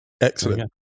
excellent